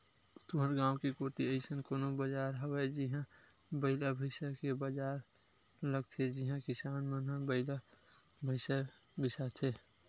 तुँहर गाँव कोती अइसन कोनो बजार हवय जिहां बइला भइसा के बजार लगथे जिहां किसान मन ह बइला भइसा बिसाथे